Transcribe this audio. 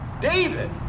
David